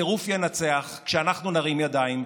הטירוף ינצח כשאנחנו נרים ידיים,